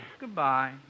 Goodbye